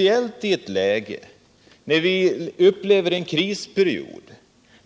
I en krisperiod